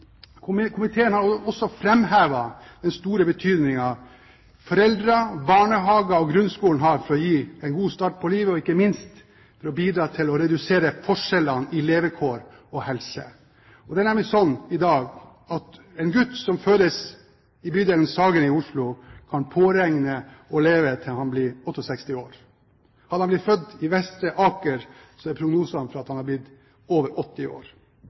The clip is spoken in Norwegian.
målsettingen. Komiteen har også framhevet den store betydningen foreldre, barnehager og grunnskolen har for en god start på livet, og ikke minst for å redusere forskjellene i levekår og helse. Det er nærmest slik i dag at en gutt som fødes i bydelen Sagene i Oslo, kan regne med å leve til han blir 68 år. Hadde han blitt født i Vestre Aker, er prognosene gode for at han hadde blitt over 80 år.